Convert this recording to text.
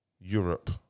Europe